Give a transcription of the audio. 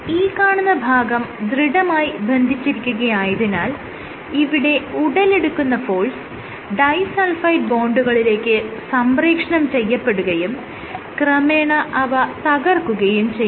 ഈ കാണുന്ന ഭാഗം ദൃഢമായി ബന്ധിച്ചിരിക്കുകയായതിനാൽ ഇവിടെ ഉടലെടുക്കുന്ന ഫോഴ്സ് ഡൈ സൾഫൈഡ് ബോണ്ടുകളിലേക്ക് സംപ്രേക്ഷണം ചെയ്യപ്പെടുകയും ക്രമേണ അവ തകർക്കുകയും ചെയ്യുന്നു